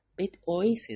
BitOasis